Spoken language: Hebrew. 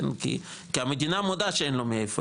כי המדינה מודה שאין לו מאיפה,